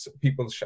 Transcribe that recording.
people